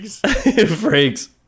Freaks